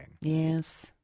Yes